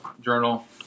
journal